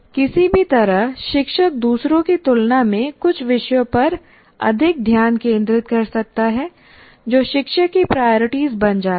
किसी भी तरह शिक्षक दूसरों की तुलना में कुछ विषयों पर अधिक ध्यान केंद्रित कर सकता है जो शिक्षक की प्रायरिटी बन जाता है